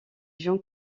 jean